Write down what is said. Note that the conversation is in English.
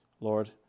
Lord